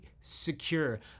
secure